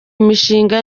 imishinga